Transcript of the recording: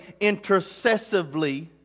intercessively